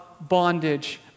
bondage